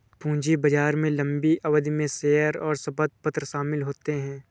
पूंजी बाजार में लम्बी अवधि में शेयर और ऋणपत्र शामिल होते है